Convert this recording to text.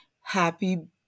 Happy